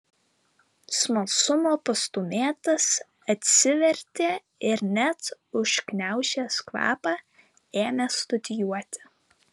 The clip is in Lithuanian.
smalsumo pastūmėtas atsivertė ir net užgniaužęs kvapą ėmė studijuoti